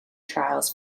trials